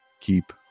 keep